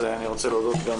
אז אני רוצה להודות גם